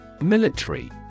Military